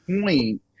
point